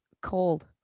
cold